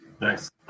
nice